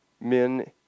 men